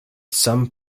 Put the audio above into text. some